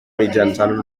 mitjançant